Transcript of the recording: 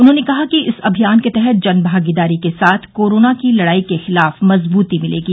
उन्होंने कहा कि इस अभियान के तहत जन भागीदारी के साथ कोरोना की लड़ाई के खिलाफ मजबृती मिलेगी